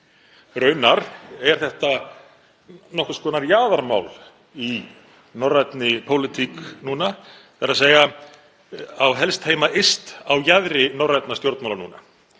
Raunar er þetta nokkurs konar jaðarmál í norrænni pólitík núna. Það á helst heima yst á jaðri norrænna stjórnmála.